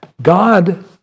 God